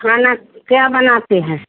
खाना क्या बनाती हैं